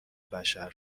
بشر